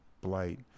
blight